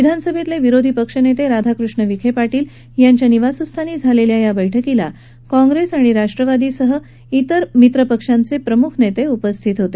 विधानसभेतले विरोधी पक्षनेते राधाकृष्ण विखे पाटील यांच्या मुंबईतल्या निवासस्थानी झालेल्या या बैठकीला काँप्रेस राष्ट्रवादीसह अन्य मित्रपक्षांचे प्रमुख नेते उपस्थित होते